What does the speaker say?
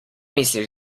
misliš